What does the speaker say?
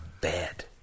bed